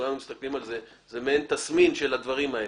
זה מעין תסמין של הדברים האלה.